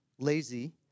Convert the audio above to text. lazy